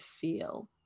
feel